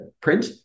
print